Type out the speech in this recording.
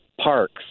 parks